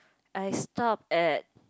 I stopped at